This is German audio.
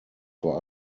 vor